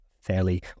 fairly